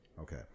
Okay